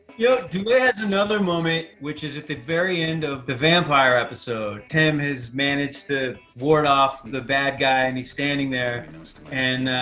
yeah has another moment, which is at the very end of the vampire episode. tim has managed to ward off the bad guy and he's standing there and, ah,